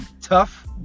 tough